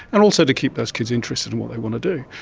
and also to keep those kids interested in what they want to do.